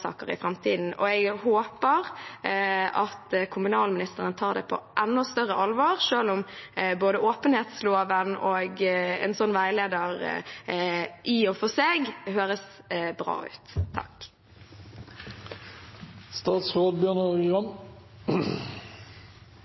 i framtiden. Og jeg håper at kommunalministeren tar det på enda større alvor, selv om både åpenhetsloven og en sånn veileder i og for seg høres bra ut.